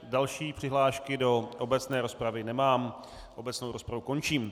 Další přihlášky do obecné rozpravy nemám, obecnou rozpravu končím.